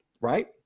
Right